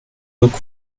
look